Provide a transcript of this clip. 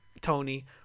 Tony